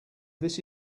this